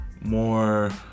more